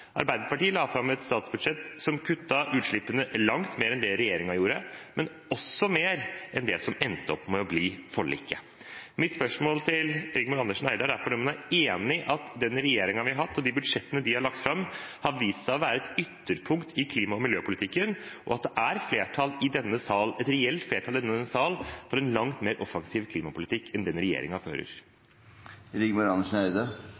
Arbeiderpartiet la fram et statsbudsjett som kuttet utslippene langt mer enn det regjeringens budsjett gjorde, men også mer enn det man endte opp med i forliket. Mitt spørsmål til Rigmor Andersen Eide er derfor: Er hun enig i at den regjeringen vi har, og de budsjettene den har lagt fram, har vist seg å være et ytterpunkt i klima- og miljøpolitikken, og at det er et reelt flertall i denne sal for en langt mer offensiv klimapolitikk enn den